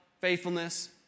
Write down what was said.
faithfulness